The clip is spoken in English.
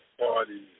party